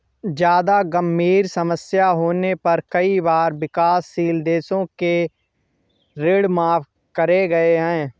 जादा गंभीर समस्या होने पर कई बार विकासशील देशों के ऋण माफ करे गए हैं